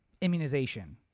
immunization